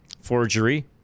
forgery